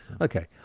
Okay